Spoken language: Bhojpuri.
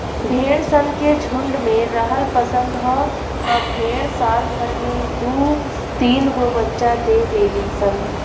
भेड़ सन के झुण्ड में रहल पसंद ह आ भेड़ साल भर में दु तीनगो बच्चा दे देली सन